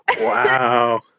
Wow